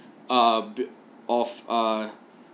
uh of a